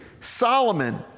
Solomon